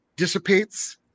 dissipates